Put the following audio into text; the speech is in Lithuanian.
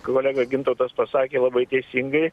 kolega gintautas pasakė labai teisingai